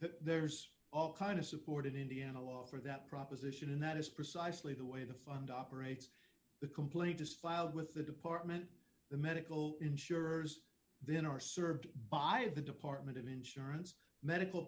that there's all kind of support in indiana law for that proposition and that is precisely the way the fund operates the complaint is filed with the department the medical insurers then are served by the department of insurance medical